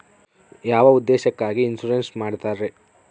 ಯಾವ ಉದ್ದೇಶಕ್ಕಾಗಿ ಇನ್ಸುರೆನ್ಸ್ ಮಾಡ್ತಾರೆ?